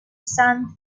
saint